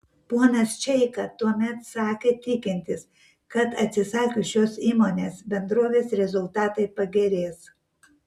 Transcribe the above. ponas čeika tuomet sakė tikintis kad atsisakius šios įmonės bendrovės rezultatai pagerės